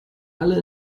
alle